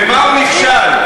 במה הוא נכשל?